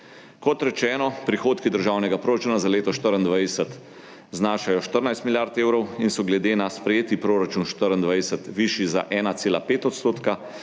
Kot rečeno, prihodki državnega proračuna za leto 2024 znašajo 14 milijard evrov in so glede na sprejeti proračun za leto 2024 višji za 1,5 %,